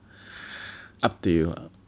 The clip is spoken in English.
up to you